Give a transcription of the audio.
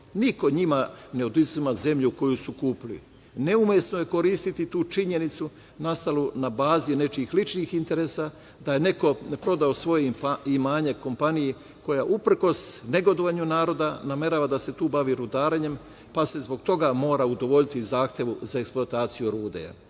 Niko njima ne oduzima zemlju koju su kupili. Neumesno je koristiti tu činjenicu nastalu na bazi nečijih ličnih interesa da je neko prodao svoje imanje kompaniji koja uprkos negodovanju naroda namerava da se tu bavi rudarenjem, pa se zbog toga mora udovoljiti zahtevu za eksploataciju rude.